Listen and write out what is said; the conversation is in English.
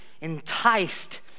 enticed